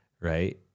right